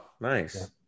Nice